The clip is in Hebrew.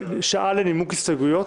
משעה לנימוק ההסתייגויות.